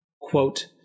Quote